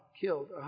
killed